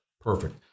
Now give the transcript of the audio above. Perfect